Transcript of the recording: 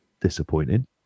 disappointing